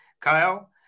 kyle